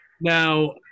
Now